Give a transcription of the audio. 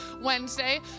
Wednesday